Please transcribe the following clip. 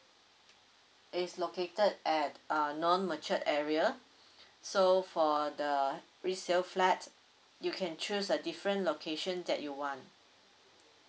it's located at uh non matured area so for the resale flat you can choose a different location that you want